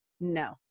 no